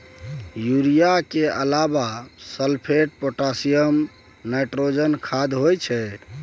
urea केर अलाबा sulphate, potassium, nitrogen खाद होइ छै